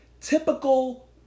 Typical